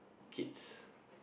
kids